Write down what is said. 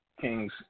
king's